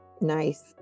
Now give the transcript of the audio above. Nice